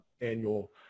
annual